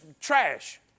Trash